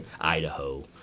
Idaho